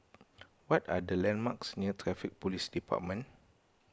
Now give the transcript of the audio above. what are the landmarks near Traffic Police Department